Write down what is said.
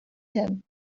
him